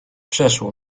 przeszło